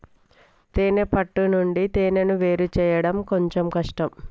తేనే పట్టు నుండి తేనెను వేరుచేయడం కొంచెం కష్టం